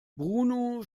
bruno